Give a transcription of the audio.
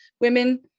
women